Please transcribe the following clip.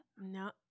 No